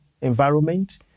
environment